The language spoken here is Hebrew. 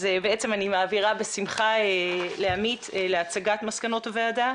אז אני מעבירה בשמחה לעמית להצגת מסקנות הוועדה.